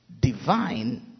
divine